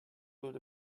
built